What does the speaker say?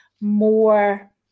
more